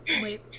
wait